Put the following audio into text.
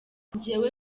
njyewe